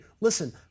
listen